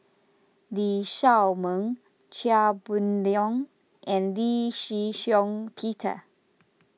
Lee Shao Meng Chia Boon Leong and Lee Shih Shiong Peter